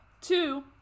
two